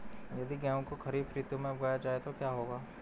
यदि गेहूँ को खरीफ ऋतु में उगाया जाए तो क्या होगा?